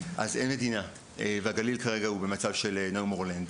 אז אין מדינה ומצב הגליל כרגע הוא של No more land.